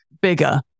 bigger